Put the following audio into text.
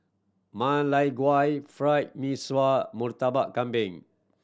Ma Lai Gao Fried Mee Sua Murtabak Kambing